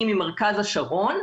אני ממרכז השרון,